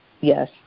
Yes